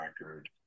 record